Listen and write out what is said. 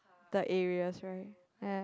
the areas right ya